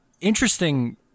interesting